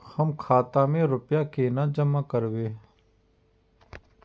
हम खाता में रूपया केना जमा करबे?